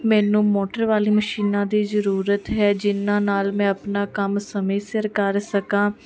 ਮੈਨੂੰ ਮੋਟਰ ਵਾਲੀਆਂ ਮਸ਼ੀਨਾਂ ਦੀ ਜ਼ਰੂਰਤ ਹੈ ਜਿਹਨਾਂ ਨਾਲ ਮੈਂ ਆਪਣਾ ਕੰਮ ਸਮੇਂ ਸਿਰ ਕਰ ਸਕਾਂ